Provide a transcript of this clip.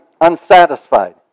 unsatisfied